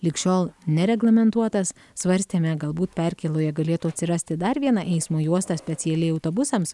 lig šiol nereglamentuotas svarstėme galbūt perkėloje galėtų atsirasti dar viena eismo juosta specialiai autobusams